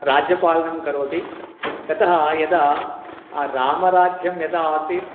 राज्यपालनं करोति ततः यदा रामराज्यं यदा आसीत्